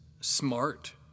smart